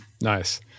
Nice